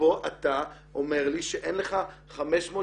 ופה אתה אומר לי שאין לך 700,000-600,000-500,000